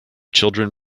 children